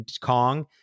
Kong